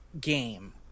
game